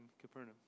Capernaum